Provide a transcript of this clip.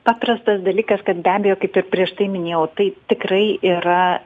paprastas dalykas kad be abejo kaip ir prieš tai minėjau tai tikrai yra